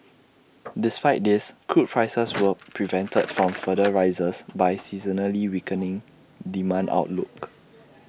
despite this crude prices were prevented from further rises by A seasonally weakening demand outlook